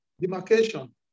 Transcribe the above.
demarcation